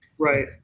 Right